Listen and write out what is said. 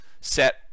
set